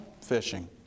Fishing